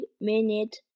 minute